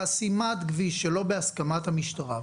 חסימת כביש שלא בהסכמת המשטרה.